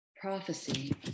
Prophecy